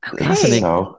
Okay